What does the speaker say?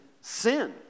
sin